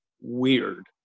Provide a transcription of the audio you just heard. weird